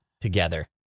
together